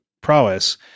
prowess